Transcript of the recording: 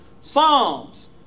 Psalms